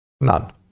None